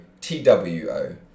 T-W-O